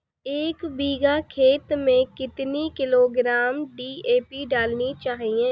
एक बीघा खेत में कितनी किलोग्राम डी.ए.पी डालनी चाहिए?